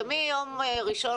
מיום ראשון,